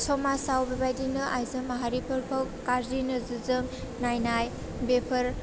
समाजाव बेबायदिनो आइजो माहारिफोरखौ गाज्रि नोजोरजों नायनाय बेफोर